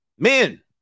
Men